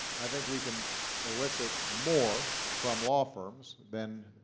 i think we can elicit more from law firms than